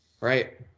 right